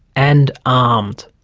and armed.